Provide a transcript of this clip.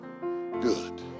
good